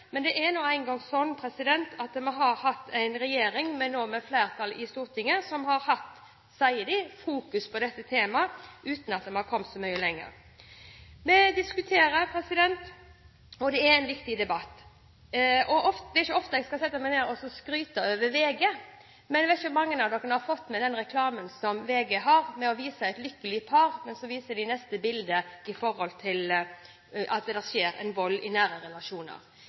Men det er nå engang slik at vi har hatt en regjering – nå med flertall i Stortinget – som har hatt, sier de, fokus på dette temaet uten at vi har kommet så mye lenger. Vi diskuterer, og det er en viktig debatt. Det er ikke ofte jeg skryter av VG, men jeg vet ikke hvor mange av dere som har fått med dere VGs reklame som viser et lykkelig par, og der det i neste bilde skjer en voldshandling i nære relasjoner.